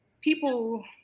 people